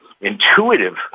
intuitive